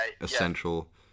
essential